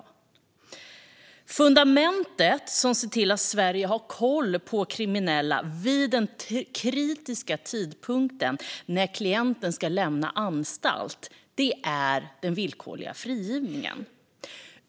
Det fundament som ser till att Sverige har koll på kriminella vid den kritiska tidpunkten när klienten ska lämna en anstalt är den villkorliga frigivningen.